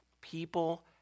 People